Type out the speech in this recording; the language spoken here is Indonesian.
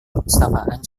perpustakaan